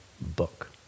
book